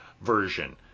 version